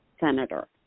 Senator